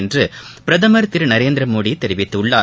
என்று பிரதமர் திரு நரேந்திர மோடி தெரிவித்துள்ளார்